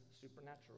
supernatural